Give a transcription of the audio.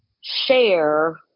share